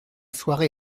soirée